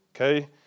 okay